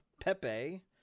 Pepe